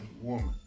woman